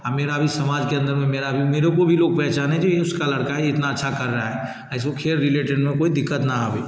और मेरा भी समाज के अन्दर में मेरा भी मेरे को भी पहचानें जी ये उसका लड़का है ये इतना अच्छा कर रहा है इसको खेल रीलेटेड में कोई दिक़्क़त ना आवे